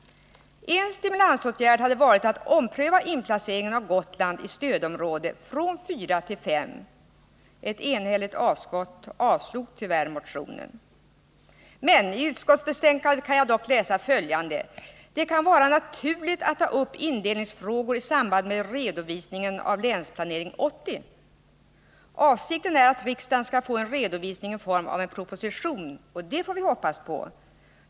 En stimulansåtgärd hade varit att ändra inplaceringen av Gotland från stödområde 4 till stödområde 5. Ett enhälligt utskott avstyrkte tyvärr de motionerna. I utskottsbetänkandet kan jag dock läsa följande: ”Det kan vara naturligt att ta upp indelningsfrågor i samband med redovisningen av Länsplanering 80. Avsikten är att riksdagen skall få en redovisningi form av en proposition” — ja, det får vi hoppas.